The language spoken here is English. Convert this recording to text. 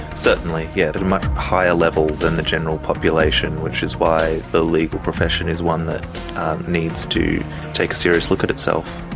certainly, yes, a much higher level than the general population, which is why the legal profession is one that needs to take a serious look at itself.